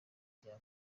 diego